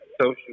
social